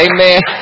Amen